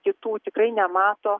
kitų tikrai nemato